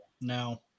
No